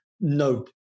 no